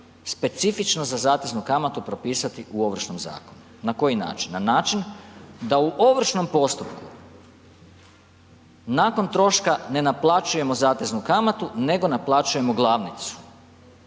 specifično za zateznu kamatu propisati u Ovršnom zakonu, na koji način? Na način da u ovršnom postupku nakon troška ne naplaćujemo zateznu kamatu nego naplaćujemo glavnicu.